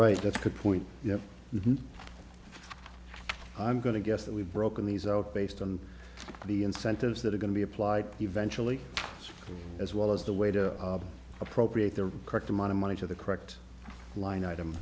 right that's good point yeah i'm going to guess that we've broken these out based on the incentives that are going to be applied eventually as well as the way to appropriate the correct amount of money to the correct line item